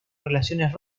relaciones